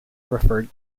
referred